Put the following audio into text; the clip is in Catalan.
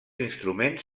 instruments